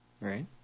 Right